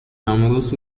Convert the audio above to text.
numerous